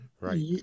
Right